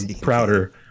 prouder